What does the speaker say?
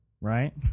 Right